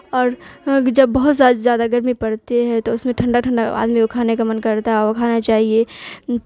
اور جب بہت زیادہ گرمی پڑتی ہے تو اس میں ٹھنڈا ٹھنڈ ا آدمی کو کھانے کا من کرتا ہے اور کھانا چاہیے